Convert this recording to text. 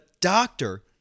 doctor